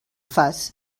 fas